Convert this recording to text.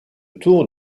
tour